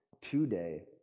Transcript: today